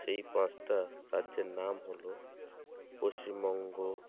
সেই পাঁচটা রাজ্যের নাম হল পশ্চিমবঙ্গ